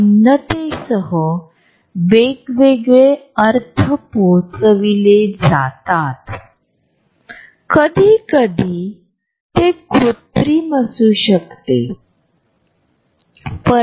खेळ हाएक अपवाद आहे कारण जवळचा शारीरिक संपर्कबॉक्सिंगमध्ये किंवा कुस्तीमध्ये शारीरिक संपर्क सक्तीचा आहे